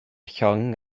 llong